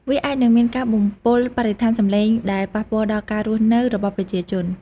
វាអាចនឹងមានការបំពុលបរិស្ថានសំឡេងដែលប៉ះពាល់ដល់ការរស់នៅរបស់ប្រជាជន។